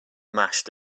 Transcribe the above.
mashed